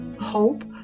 hope